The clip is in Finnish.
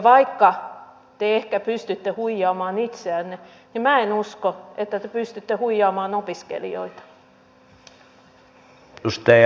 vaikka te ehkä pystytte huijaamaan itseänne niin minä en usko että te pystytte huijaamaan opiskelijoita